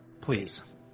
please